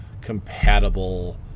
compatible